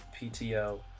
PTO